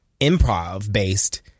improv-based